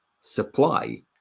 Supply